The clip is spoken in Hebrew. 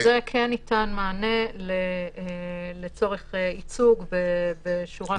דווקא כן ניתן מענה לצורך ייצוג בשורה של